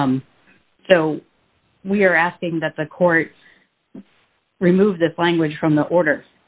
so we are asking that the court remove the language from the order